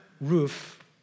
roof